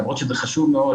למרות שזה חשוב מאוד,